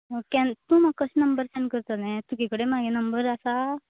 केन्न तूं म्हाक कशें नंबर सेंड करतलें तुजे कडेन म्हागे नंबर आसा